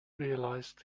realized